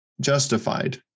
justified